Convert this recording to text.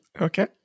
Okay